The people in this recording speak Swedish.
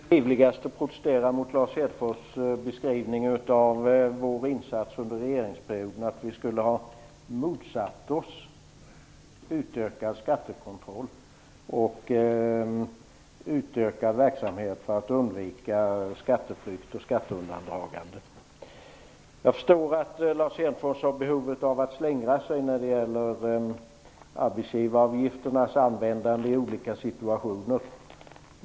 Fru talman! Först vill jag å det livligaste protestera mot Lars Hedfors beskrivning av vår insats under regeringsperioden. Vi skulle alltså ha motsatt oss en utökad skattekontroll och en utökad verksamhet för att undvika skatteflykt och skatteundandragande. Jag förstår att Lars Hedfors har behov av att slingra sig när det gäller arbetsgivaravgifternas användande i olika situationer.